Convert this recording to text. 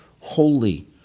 holy